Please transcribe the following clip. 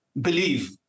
believe